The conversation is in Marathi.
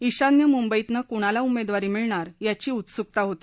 ईशान्य मुंबईतनं कुणाला उमेदवारी मिळणार याची उत्सुकता होती